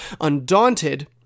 undaunted